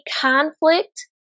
conflict